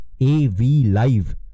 AVLIVE